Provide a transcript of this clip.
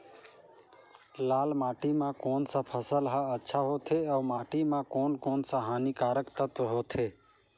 लाल माटी मां कोन सा फसल ह अच्छा होथे अउर माटी म कोन कोन स हानिकारक तत्व होथे?